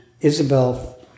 Isabel